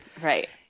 Right